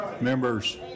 members